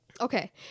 Okay